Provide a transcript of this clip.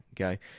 okay